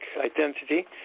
identity